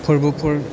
फोरबोफोर